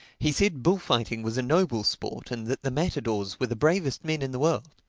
he said bullfighting was a noble sport and that the matadors were the bravest men in the world.